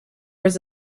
was